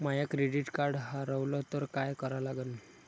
माय credit card हारवलं तर काय करा लागन?